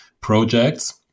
projects